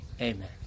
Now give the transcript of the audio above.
Amen